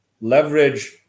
leverage